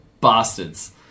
bastards